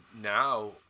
now